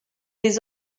les